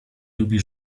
lubi